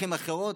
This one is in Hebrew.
בדרכים אחרות,